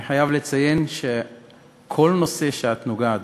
אני חייב לציין שאת נוגעת